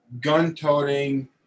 gun-toting